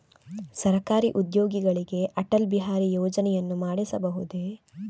ಸರಕಾರಿ ಉದ್ಯೋಗಿಗಳಿಗೆ ಅಟಲ್ ಬಿಹಾರಿ ಯೋಜನೆಯನ್ನು ಮಾಡಿಸಬಹುದೇ?